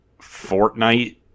Fortnite